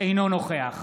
אינו נוכח